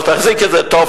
אבל תחזיק את זה טוב-טוב.